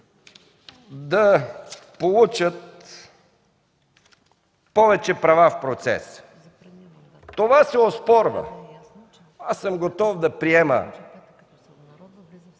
да получат повече права в процеса. Това се оспорва. Аз съм готов да приема